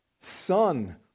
son